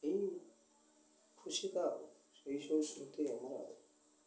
ଏଇ ଖୁସି ତ ସେଇ ସବୁ ସ୍ମୃତି ଆମର ଆଉ